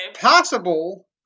possible